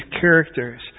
characters